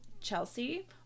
Chelsea